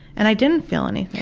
and i didn't feel anything.